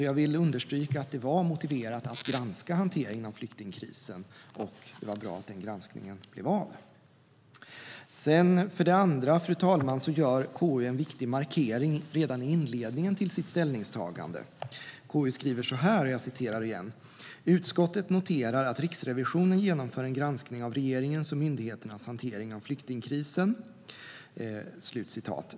Jag vill understryka att det var motiverat att granska hanteringen av flyktingkrisen, och det var bra att den granskningen blev av. För det andra, fru talman, gör KU en viktig markering redan i inledningen till sitt ställningstagande. KU skriver: "Utskottet noterar att Riksrevisionen genomför en granskning av regeringens och myndigheternas hantering av flyktingkrisen."